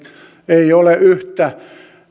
ei ole yhtä